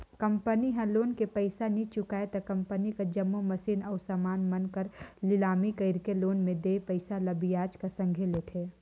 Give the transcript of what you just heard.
company ह loan के पइसा नी चुकाय त कंपनी कर जम्मो मसीन अउ समान मन कर लिलामी कइरके लोन में देय पइसा ल बियाज कर संघे लेथे